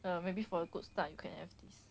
err maybe for a good start you can have this